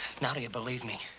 now do you believe me?